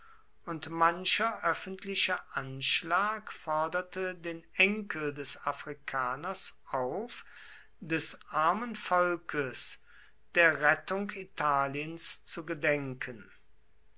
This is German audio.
und mancher öffentliche anschlag forderte den enkel des afrikaners auf des armen volkes der rettung italiens zu gedenken